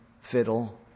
fiddle